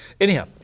Anyhow